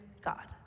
God